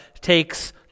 takes